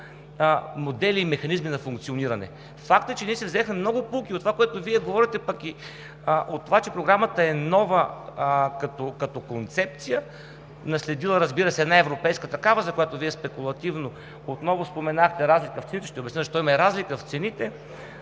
модели и механизми на функциониране. Факт е, че ние си взехме много поуки от това, което Вие говорите, пък и от това, че Програмата е нова като концепция, наследила, разбира се, една европейска такава, за която Вие спекулативно отново споменахте разликата в цените – ще обясня защо има и разлика в цените,